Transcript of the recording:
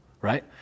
right